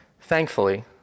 Thankfully